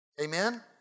Amen